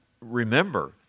Remember